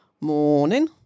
Morning